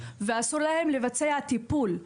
ואסור להם לבצע טיפול,